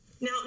now